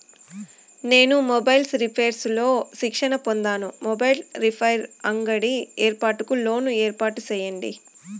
నేను mobiles repairs లో శిక్షణ పొందాను, మొబైల్ రిపైర్స్ అంగడి ఏర్పాటుకు లోను ఏర్పాటు సేయండి?